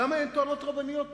למה אין טוענות רבניות מספיק?